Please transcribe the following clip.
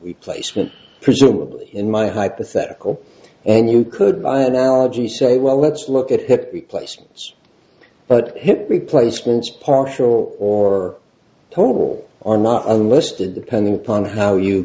the placement presumably in my hypothetical and you could by analogy say well let's look at hip replacements but hip replacements partial or total are not unlisted depending upon how you